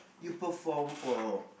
you perform for